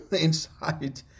inside